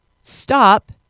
Stop